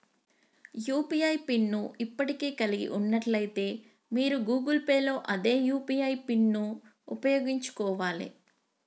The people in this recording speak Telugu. యూ.పీ.ఐ పిన్ ను ఇప్పటికే కలిగి ఉన్నట్లయితే మీరు గూగుల్ పే లో అదే యూ.పీ.ఐ పిన్ను ఉపయోగించుకోవాలే